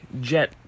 Jet